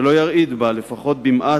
ולא ירעיד בה, לפחות במעט,